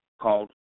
called